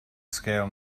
scale